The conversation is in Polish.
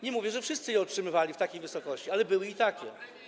Nie mówię, że wszyscy je otrzymywali w takiej wysokości, ale były i takie.